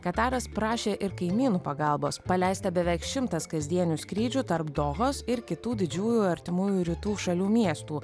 kataras prašė ir kaimynų pagalbos paleista beveik šimtas kasdienių skrydžių tarp dohos ir kitų didžiųjų artimųjų rytų šalių miestų